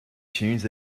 tunes